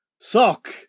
Sock